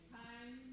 time